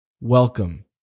Welcome